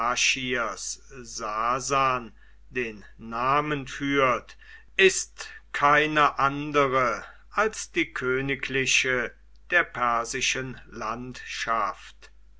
den namen führt ist keine andere als die königliche der persischen landschaft